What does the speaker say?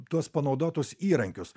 tuos panaudotus įrankius